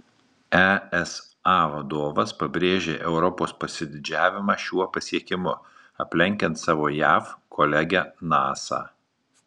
esa vadovas pabrėžė europos pasididžiavimą šiuo pasiekimu aplenkiant savo jav kolegę nasa